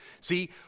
See